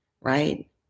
right